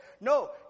No